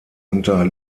unter